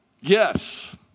Yes